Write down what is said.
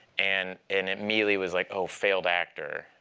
and and immediately was like, oh, failed actor.